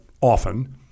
often